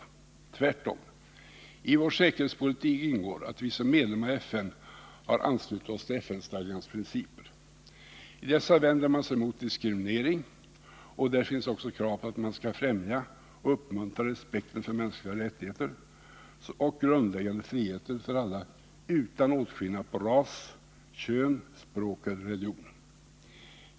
Tvärtom! I vår säkerhetspolitik ingår att vi som medlem av FN har anslutit oss till FN-stadgans principer. I dessa vänder man sig mot diskriminering, och där finns också krav på att man skall främja och uppmuntra respekten för mänskliga rättigheter och grundläggande friheter för alla utan åtskillnad på grund av ras, kön, språk eller religion.